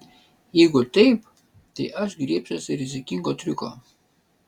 jeigu taip tai aš griebsiuosi rizikingo triuko